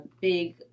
big